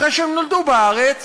אחרי שהם נולדו בארץ,